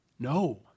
No